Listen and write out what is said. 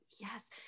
Yes